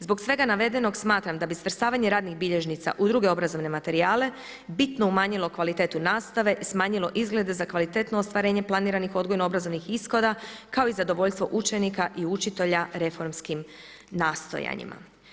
Zbog svega navedenog, smatram da bi svrstavanje radnih bilježnica u druge obrazovne materijale bitno umanjilo kvalitetu nastave, smanjilo izglede za kvalitetno ostvarenje planiranih odgojno-obrazovnih ishoda kao i zadovoljstvo učenika i učitelja reformskim nastojanjima.